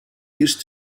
used